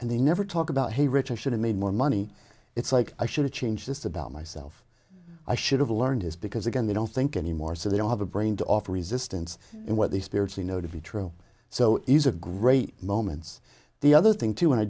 and they never talk about a rich i should have made more money it's like i should change just about myself i should have learned is because again they don't think anymore so they don't have a brain to offer resistance in what these spirits you know to be true so these are great moments the other thing to w